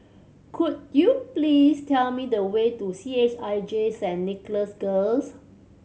could you please tell me the way to C H I J Saint Nicholas Girls